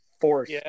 force